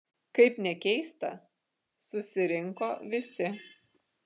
kaip nekeista susirinko visi